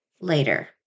later